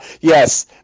Yes